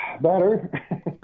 Better